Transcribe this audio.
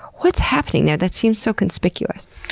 what's happening there? that seems so conspicuous.